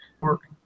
work